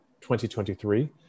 2023